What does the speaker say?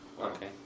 Okay